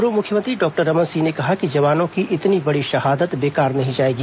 पूर्व मुख्यमंत्री डॉक्टर रमन सिंह ने कहा कि जवानों की इतनी बड़ी शहादत बेकार नहीं जाएगी